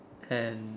and